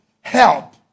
help